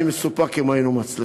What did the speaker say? אני מסופק אם היינו מצליחים,